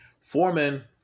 Foreman